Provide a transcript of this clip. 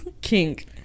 Kink